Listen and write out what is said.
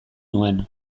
nuen